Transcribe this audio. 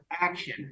action